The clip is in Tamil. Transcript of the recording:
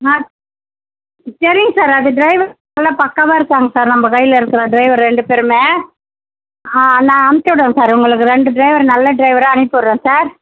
ஆ சரிங்க சார் அது டிரைவர் நல்லா பக்காவாக இருப்பாங்க சார் நம்ப கையில இருக்கிற டிரைவரு ரெண்டு பேருமே ஆ நான் அமுச்சிவிட்றன் சார் உங்களுக்கு ரெண்டு டிரைவரு நல்ல டிரைவராக அனுப்பிவிட்றன் சார்